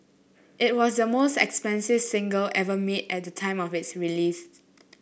it was the most expensive single ever made at the time of its release